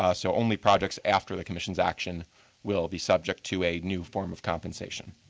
ah so only projects after the commission's action will be subject to a new form of compensation.